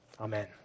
Amen